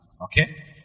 Okay